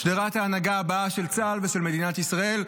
הם הולכים להיות שדרת ההנהגה הבאה של צה"ל ושל מדינת ישראל.